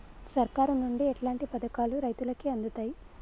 సర్కారు నుండి ఎట్లాంటి పథకాలు రైతులకి అందుతయ్?